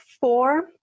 four